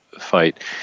fight